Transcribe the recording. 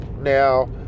Now